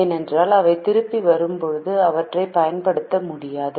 ஏனெனில் அவை திரும்பி வரும்போது அவற்றைப் பயன்படுத்த முடியாது